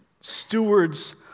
stewards